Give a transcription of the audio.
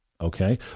Okay